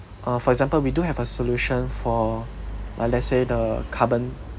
uh for example we do have a solution for like let's say the carbon